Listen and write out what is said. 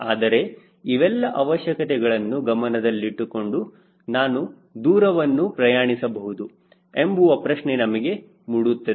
ಆದರೆ ಇವೆಲ್ಲ ಅವಶ್ಯಕತೆಗಳನ್ನು ಗಮನದಲ್ಲಿಟ್ಟುಕೊಂಡು ನಾನು ದೂರವನ್ನು ಪ್ರಯಾಣಿಸಬಹುದು ಎಂಬುವ ಪ್ರಶ್ನೆ ನಮಗೆ ಮೂಡುತ್ತದೆ